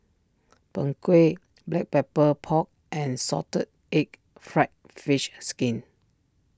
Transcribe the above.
Png Kueh Black Pepper Pork and Salted Egg Fried Fish Skin